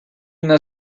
una